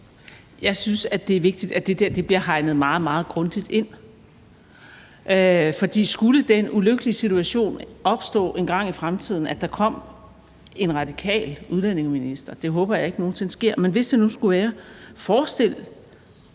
Jeg synes, at det er vigtigt, at det der bliver hegnet meget, meget grundigt ind, for skulle den ulykkelige situation opstå engang i fremtiden, at der kom en radikal udlændingeminister – det håber jeg ikke nogen sinde sker, men hvis nu det skulle være – kunne man forestille